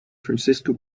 francisco